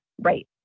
Right